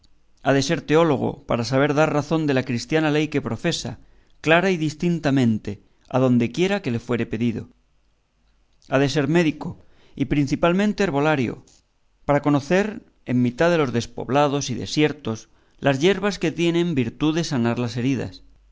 ha de ser teólogo para saber dar razón de la cristiana ley que profesa clara y distintamente adondequiera que le fuere pedido ha de ser médico y principalmente herbolario para conocer en mitad de los despoblados y desiertos las yerbas que tienen virtud de sanar las heridas